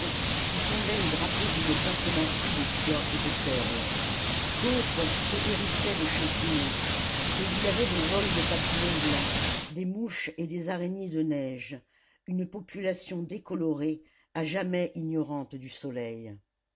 qui semblaient les draper d'une passementerie de soie et de perles d'autres se hérissaient de champignons et il y avait des vols de papillons blancs des mouches et des araignées de neige une population décolorée à jamais ignorante du soleil